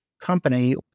company